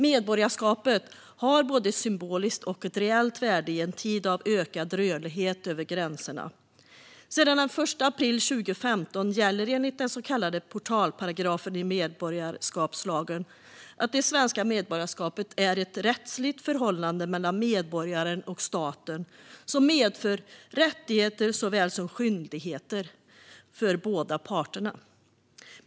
Medborgarskapet har både ett symboliskt värde och ett reellt värde i en tid av ökad rörlighet över gränserna. Sedan den 1 april 2015 gäller enligt den så kallade portalparagrafen i medborgarskapslagen att det svenska medborgarskapet är ett rättsligt förhållande mellan medborgaren och staten som medför rättigheter såväl som skyldigheter för båda parter.